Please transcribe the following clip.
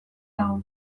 dago